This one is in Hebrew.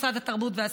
משרד התרבות והספורט.